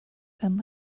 and